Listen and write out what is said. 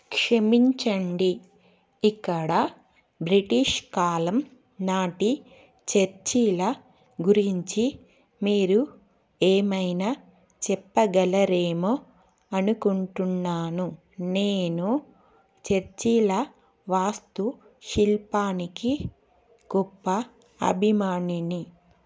క్షమించండి ఇక్కడ బ్రిటిష్ కాలం నాటి చర్చీల గురించి మీరు ఏమైనా చెప్పగలరేమో అనుకుంటున్నాను నేను చర్చీల వాస్తు శిల్పానికి గొప్ప అభిమానిని